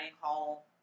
hall